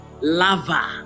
lava